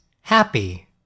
happy